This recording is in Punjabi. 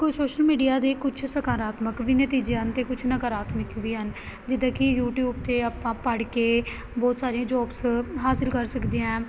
ਸ਼ੋਸ਼ਲ ਮੀਡੀਆ ਦੇ ਕੁਝ ਸਕਾਰਾਤਮਕ ਵੀ ਨਤੀਜੇ ਹਨ ਅਤੇ ਕੁਝ ਨਕਾਰਾਤਮਕ ਵੀ ਹਨ ਜਿੱਦਾਂ ਕਿ ਯੂਟੀਊਬ 'ਤੇ ਆਪਾਂ ਪੜ੍ਹ ਕੇ ਬਹੁਤ ਸਾਰੀਆਂ ਜੋਬਸ ਹਾਸਿਲ ਕਰ ਸਕਦੇ ਐ